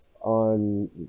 on